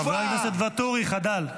חבר הכנסת ואטורי, חדל.